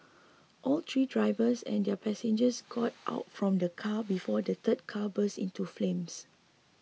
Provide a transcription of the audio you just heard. all three drivers and their passengers got out from the car before the third car burst into flames